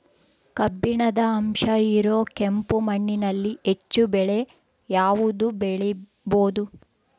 ಕಬ್ಬಿಣದ ಅಂಶ ಇರೋ ಕೆಂಪು ಮಣ್ಣಿನಲ್ಲಿ ಹೆಚ್ಚು ಬೆಳೆ ಯಾವುದು ಬೆಳಿಬೋದು?